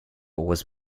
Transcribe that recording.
was